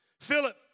Philip